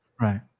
Right